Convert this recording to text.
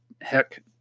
heck